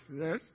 yes